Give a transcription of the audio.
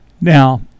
Now